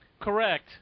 Correct